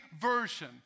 version